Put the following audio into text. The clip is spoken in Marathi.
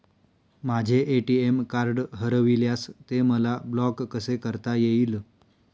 माझे ए.टी.एम कार्ड हरविल्यास ते मला ब्लॉक कसे करता येईल?